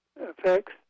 effects